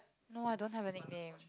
no I don't have a nickname